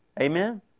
Amen